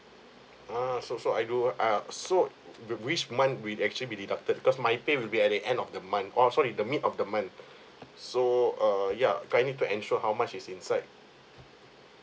ah so so I do uh so which which month will actually be deducted cause my pay will be at the end of the month oh sorry the mid of the month so err yeah I need to ensure how much is inside